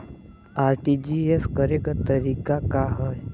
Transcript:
RTGS करे के तरीका का हैं?